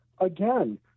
Again